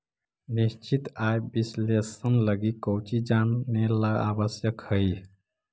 निश्चित आय विश्लेषण लगी कउची जानेला आवश्यक हइ?